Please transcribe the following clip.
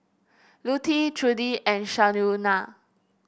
Lutie Trudi and Shaunna